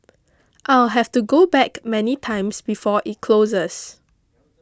I'll have to go back many times before it closes